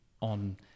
on